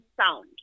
sound